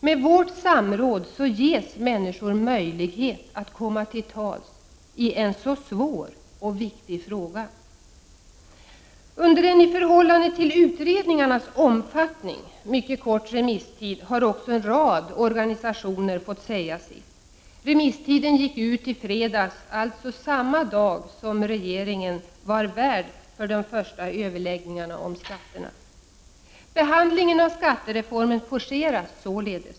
Med vårt samråd ges människor möjlighet att komma till tals i en svår och viktig fråga. Under en, i förhållande till utredningarnas omfattning, mycket kort remisstid har också en rad organisationer fått säga sitt. Remisstiden gick ut i fredags, alltså samma dag som regeringen var värd för de första överläggningarna om skatterna. Behandlingen av skattereformen forceras således.